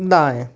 दाएँ